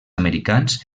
americans